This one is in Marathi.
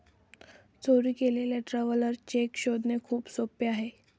चोरी गेलेला ट्रॅव्हलर चेक शोधणे खूप सोपे आहे